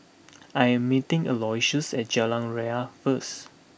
I am meeting Aloysius at Jalan Ria first